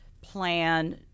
plan